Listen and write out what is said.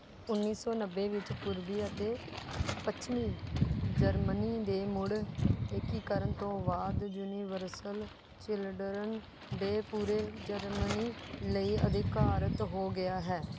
ਉੱਨੀ ਸੌ ਨੱਬੇ ਵਿੱਚ ਪੂਰਬੀ ਅਤੇ ਪੱਛਮੀ ਜਰਮਨੀ ਦੇ ਮੁੜ ਏਕੀਕਰਨ ਤੋਂ ਬਾਅਦ ਯੂਨੀਵਰਸਲ ਚਿਲਡਰਨ ਡੇਅ ਪੂਰੇ ਜਰਮਨੀ ਲਈ ਅਧਿਕਾਰਤ ਹੋ ਗਿਆ ਹੈ